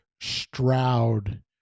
Stroud